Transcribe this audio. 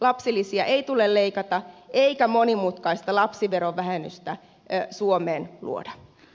lapsilisiä ei tule leikata eikä monimutkaista lapsiverovähennystä suomeen luoda